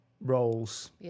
roles